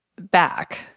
back